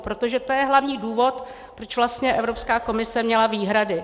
Protože to je hlavní důvod, proč vlastně Evropská komise měla výhrady.